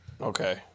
Okay